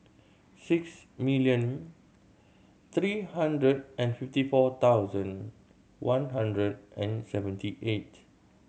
six million three hundred and fifty four thousand one hundred and seventy eight